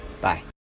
Bye